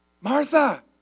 Martha